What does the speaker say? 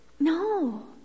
No